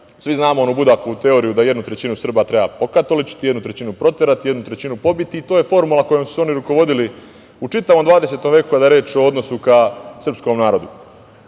svi znamo onu Budakovu teoriju da jednu trećinu Srba treba pokatoličiti, jednu trećinu proterati, jednu trećinu pobiti i to je formula kojom su se oni rukovodili u čitavom HH veku kada je reč o odnosu ka srpskom narodu.